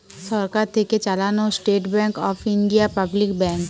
সরকার থেকে চালানো State Bank of India public bank